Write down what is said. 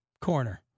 Corner